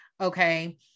Okay